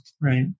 right